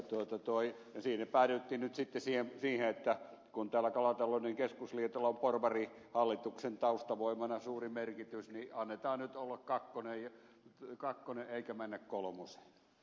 siinä päädyttiin nyt sitten siihen että kun tällä kalatalouden keskusliitolla on porvarihallituksen taustavoimana suuri merkitys niin annetaan nyt olla kakkonen eikä mennä kolmoseen